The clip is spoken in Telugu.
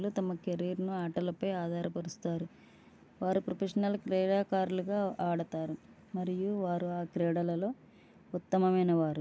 చాలామంది క్రీడాకారులు తమ కెరియర్ను ఆటలపై ఆధారపరుస్తారు వారు ప్రొఫెషనల్ క్రీడాకారులుగా ఆడుతారు మరియు వారు ఆ క్రీడలలో